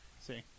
See